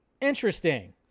Interesting